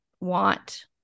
want